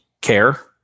care